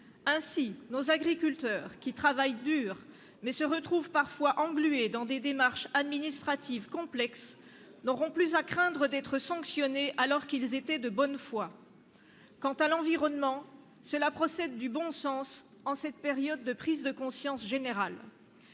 Ainsi, nos agriculteurs, qui travaillent dur, mais se retrouvent parfois englués dans des démarches administratives complexes, n'auront plus à craindre d'être sanctionnés alors qu'ils étaient de bonne foi. Quant à l'environnement, cette extension procède du bon sens en cette période de prise de conscience générale.